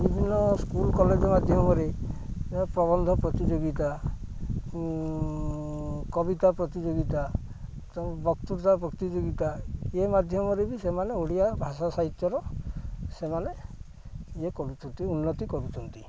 ବିଭିନ୍ନ school college ମାଧ୍ୟମରେ ପ୍ରବନ୍ଧ ପ୍ରତିଯୋଗିତା କବିତା ପ୍ରତିଯୋଗିତା ବକ୍ତୃତା ପ୍ରତିଯୋଗିତା ଏଇ ମାଧ୍ୟମରେ ବି ସେମାନେ ଓଡ଼ିଆ ଭାଷା ସାହିତ୍ୟର ସେମାନେ ଇଏ କରୁଛନ୍ତି ଉନ୍ନତି କରୁଛନ୍ତି